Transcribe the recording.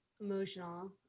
emotional